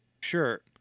Sure